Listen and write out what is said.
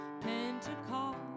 Pentecost